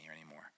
anymore